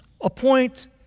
appoint